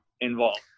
involved